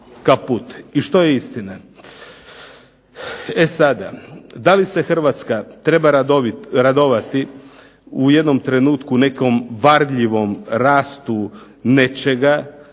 i što je istina. E sada, da li se Hrvatska treba radovati u jednom trenutku nekom varljivom rastu nečega